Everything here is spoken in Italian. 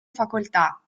facoltà